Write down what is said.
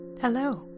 Hello